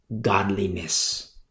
godliness